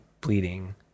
bleeding